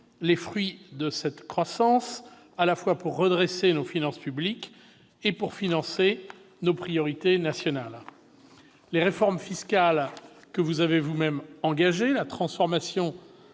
les fruits de cette croissance, à la fois pour redresser nos finances publiques et pour financer nos priorités nationales. Les réformes fiscales que vous avez vous-même engagées, la transformation